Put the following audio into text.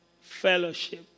Fellowship